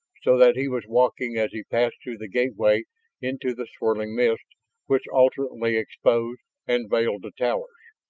so that he was walking as he passed through the gateway into the swirling mists which alternately exposed and veiled the towers.